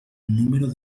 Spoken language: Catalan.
número